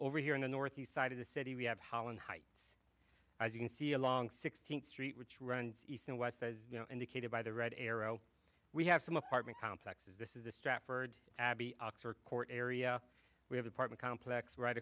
over here in the northeast side of the city we have holland heights as you can see along sixteenth street which runs east and west as indicated by the red arrow we have some apartment complexes this is the stratford abbey oxer court area we have apartment complex right